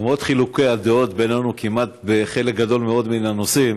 למרות חילוקי הדעות בינינו בחלק גדול מאוד מן הנושאים,